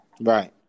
Right